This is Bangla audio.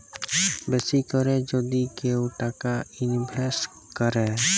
বেশি ক্যরে যদি কেউ টাকা ইলভেস্ট ক্যরে